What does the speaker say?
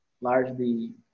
largely